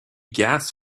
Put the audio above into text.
gas